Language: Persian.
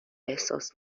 احساس